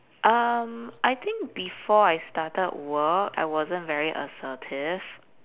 um I think before I started work I wasn't very assertive